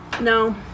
No